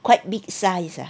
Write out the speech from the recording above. quite big size ah